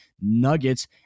Nuggets